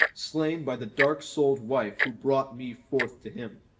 slain by the dark-souled wife who brought me forth to him